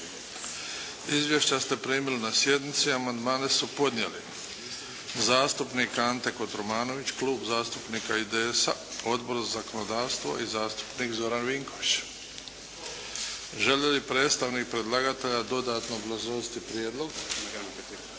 Izvješća ste primili na sjednici, amandmane su podnijeli: zastupnik Ante Kotromanović, Klub zastupnika IDS-a, Odbor za zakonodavstvo i zastupnik Zoran Vinković. Želi li predstavnik predlagatelja dodatno obrazložiti prijedlog?